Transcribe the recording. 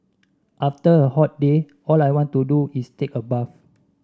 after a hot day all I want to do is take a bath